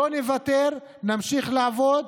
לא נוותר, נמשיך לעבוד.